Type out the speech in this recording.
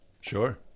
Sure